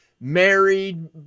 married